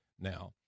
now